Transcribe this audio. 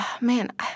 Man